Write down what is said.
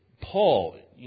Paul